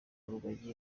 rugagi